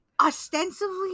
ostensibly